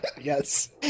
Yes